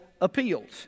appeals